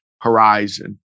horizon